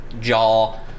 jaw